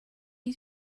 use